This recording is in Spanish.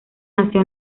nació